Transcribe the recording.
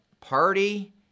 party